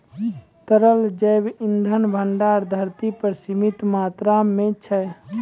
तरल जैव इंधन भंडार धरती पर सीमित मात्रा म छै